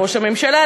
ראש הממשלה,